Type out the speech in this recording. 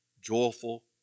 joyful